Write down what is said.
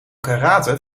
karate